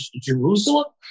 Jerusalem